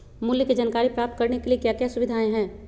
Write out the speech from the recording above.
मूल्य के जानकारी प्राप्त करने के लिए क्या क्या सुविधाएं है?